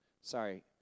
Sorry